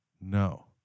no